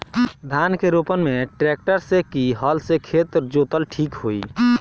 धान के रोपन मे ट्रेक्टर से की हल से खेत जोतल ठीक होई?